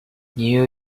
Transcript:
neil